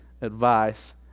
advice